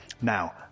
Now